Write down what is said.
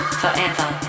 forever